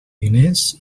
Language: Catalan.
diners